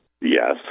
Yes